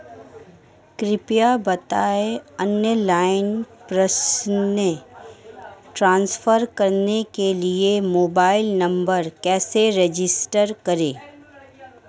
कृपया बताएं ऑनलाइन पैसे ट्रांसफर करने के लिए मोबाइल नंबर कैसे रजिस्टर करें?